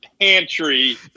pantry